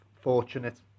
fortunate